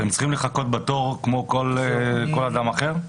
והם צריכים לחכות בתור כמו כל אדם אחר?